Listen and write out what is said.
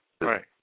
Right